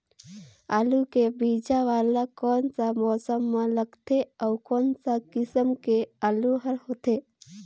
आलू के बीजा वाला कोन सा मौसम म लगथे अउ कोन सा किसम के आलू हर होथे?